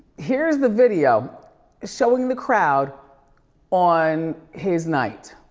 here's the video showing the crowd on his night.